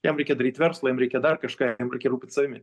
jam reikia daryt verslą jam reikia dar kažką jam reikia rūpint savimi